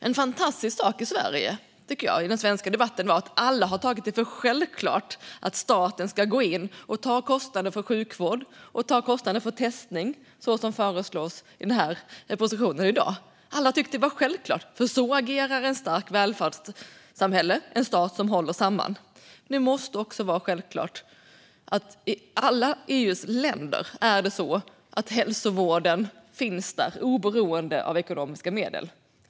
En fantastisk sak i den svenska debatten tycker jag är att alla har det tagit det för självklart att staten ska gå in och ta kostnaden för sjukvård och för testning, så som föreslås i propositionen i dag. Alla har tyckt att det är självklart, för så agerar ett starkt välfärdssamhälle, en stat som håller samman. Nu måste det också vara självklart att hälsovården finns i alla EU:s länder, oberoende av ekonomiska medel.